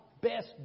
best